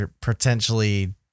potentially